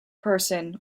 person